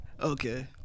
Okay